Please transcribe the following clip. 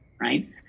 Right